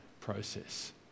process